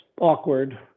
awkward